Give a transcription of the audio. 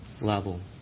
level